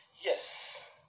Yes